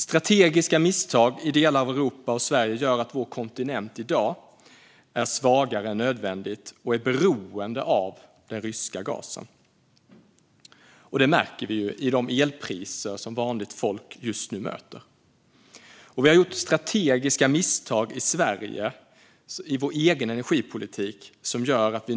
Strategiska misstag i delar av Europa och Sverige gör att vår kontinent i dag är svagare än nödvändigt och är beroende av den ryska gasen. Det märker vi i de elpriser som vanligt folk just nu möter. Vi har gjort strategiska misstag i vår egen energipolitik här i Sverige.